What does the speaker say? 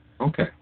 Okay